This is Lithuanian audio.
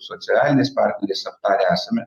socialiniais partneriais aptarę esame